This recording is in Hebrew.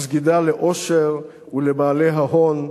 הסגידה לעושר ולבעלי ההון,